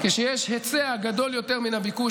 כשיש היצע גדול יותר מן הביקוש,